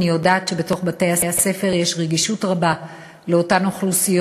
אני יודעת שבתוך בתי-הספר יש רגישות רבה לאותן אוכלוסיות